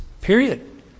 Period